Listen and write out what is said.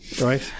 right